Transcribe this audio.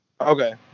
Okay